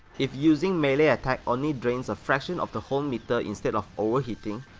if using melee attack only drains a fraction of the whole meter instead of overheating,